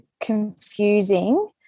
confusing